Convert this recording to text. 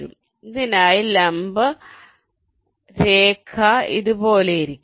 അതിനാൽ ഇതിനായി ലംബ രേഖ ഇതുപോലെയായിരിക്കും